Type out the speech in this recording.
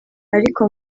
ariko